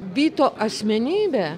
vyto asmenybė